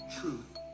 truth